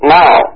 now